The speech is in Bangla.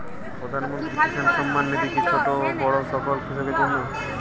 প্রধানমন্ত্রী কিষান সম্মান নিধি কি ছোটো বড়ো সকল কৃষকের জন্য?